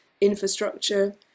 infrastructure